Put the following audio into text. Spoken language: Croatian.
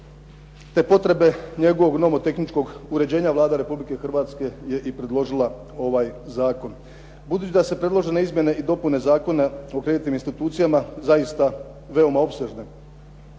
te potrebe njegovog nomotehničkog uređenja Vlada Republike Hrvatske je i predložila ovaj zakon. Budući da se predložene izmjene i dopune zakona o kreditnim institucijama zaista veoma opsežne